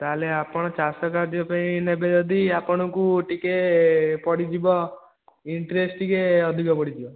ତା'ହେଲେ ଆପଣ ଚାଷ କାର୍ଯ୍ୟ ପାଇଁ ନେବେ ଯଦି ଆପଣଙ୍କୁ ଟିକେ ପଡ଼ିଯିବ ଇଣ୍ଟ୍ରେଷ୍ଟ ଟିକେ ଅଧିକ ପଡ଼ିଯିବ